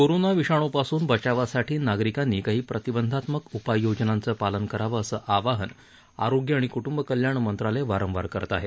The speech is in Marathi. कोरोना विषाणूपासून बचावासाठी नागरिकांनी काही प्रतिबंधात्मक उपाययोजनांचं पालन करावं असं आवाहन आरोग्य आणि क्ट्ब कल्याण मंत्रालय वारंवार करत आहे